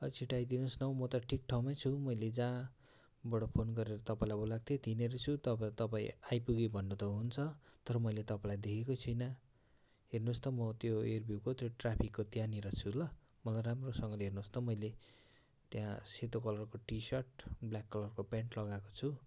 अलि छिटो आइदिनु होस् न हो म त ठिक ठाउँमै छु मैले जहाँबाट फोन गरेर तपाईँलाई बोलाएको थिएँ त्यहीँनिर छु तपाईँ तपाईँ आइपुगे भन्नु त हुन्छ तर मैले तपाईँलाई देखेकै छैन हेर्नुहोस् त म त्यो एयरभ्यु त्यो ट्राफिकको त्यहाँनिर छु ल मलाई राम्रोसँगले हेर्नुहोस् त मैले त्यहाँ सेतो कलरको टिसर्ट ब्ल्याक कलरको पेन्ट लगाएको छु